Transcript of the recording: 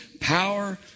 power